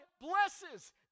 blesses